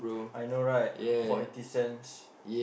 I know right for eighty cents